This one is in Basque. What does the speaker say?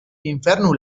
infernu